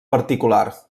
particular